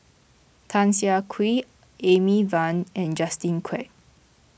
Tan Siah Kwee Amy Van and Justin Quek